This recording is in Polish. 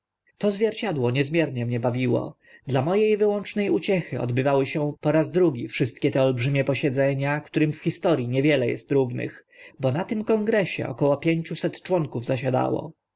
to zwierciadło niezmiernie mnie bawiło dla mo e wyłączne uciechy odbywały się po raz drugi wszystkie te olbrzymie posiedzenia którym w historii niewiele est równych bo na tym kongresie około pięciuset członków zasiadało